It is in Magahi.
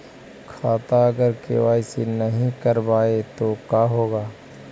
खाता अगर के.वाई.सी नही करबाए तो का होगा?